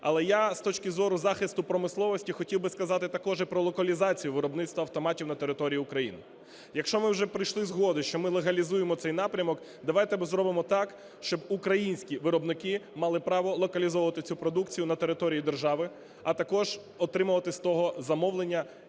Але я, з точки зору захисту промисловості, хотів би сказати також і про локалізацію виробництва автоматів на території України. Якщо ми вже прийшли згоди, що ми легалізуємо цей напрямок, давайте ми зробимо так, щоб українські виробники мали право локалізовувати цю продукцію на території держави, а також отримувати з того замовлення